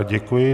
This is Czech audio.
Děkuji.